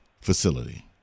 facility